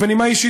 ובנימה אישית,